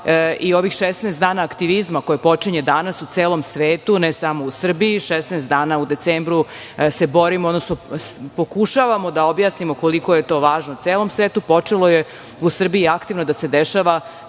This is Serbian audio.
Ovih 16 dana aktivizma koji počinju danas u celom svetu, ne samo u Srbiji, 16 dana u decembru se borimo, odnosno pokušavamo da objasnimo koliko je to važno celom svetu, počelo je u Srbiji aktivno da se dešava